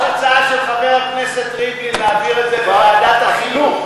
יש הצעה של חבר הכנסת ריבלין להעביר את זה לוועדת החינוך.